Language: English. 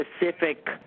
specific